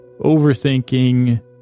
overthinking